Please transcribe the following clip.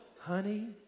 Honey